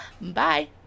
Bye